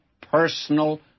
personal